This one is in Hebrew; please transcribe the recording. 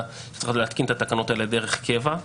שצריך להתקין את התקנות האלה דרך קבע,